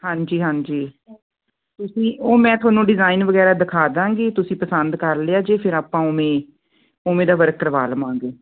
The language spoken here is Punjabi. ਹਾਂਜੀ ਹਾਂਜੀ ਤੁਸੀਂ ਉਹ ਮੈਂ ਤੁਹਾਨੂੰ ਡਿਜ਼ਾਇਨ ਵਗੈਰਾ ਦਿਖਾ ਦਵਾਂਗੀ ਤੁਸੀਂ ਪਸੰਦ ਕਰ ਲਿਆ ਜੇ ਫਿਰ ਆਪਾਂ ਉਵੇਂ ਉਵੇਂ ਦਾ ਵਰਕ ਕਰਵਾ ਲਵਾਂਗੇ